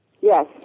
Yes